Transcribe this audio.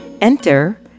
Enter